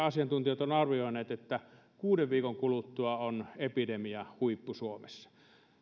asiantuntijat ovat arvioineet että kuuden viikon kuluttua on epidemiahuippu suomessa